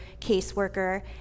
caseworker